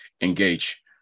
engage